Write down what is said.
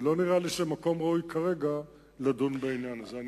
ולא נראה לי שזה המקום הראוי כרגע לדון בעניין הזה.